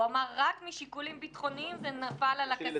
הוא אמר רק משיקולים ביטחוניים ונפל על הקשקש